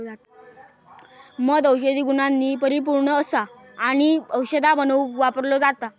मध औषधी गुणांनी परिपुर्ण असा आणि औषधा बनवुक वापरलो जाता